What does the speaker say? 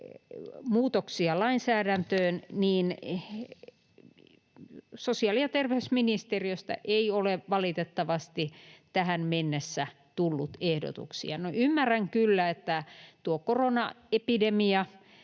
muutoksia lainsäädäntöön, niin sosiaali- ja terveysministeriöstä ei ole valitettavasti tähän mennessä tullut ehdotuksia. No, ymmärrän kyllä, että koronaepidemia